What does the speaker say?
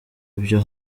ibyo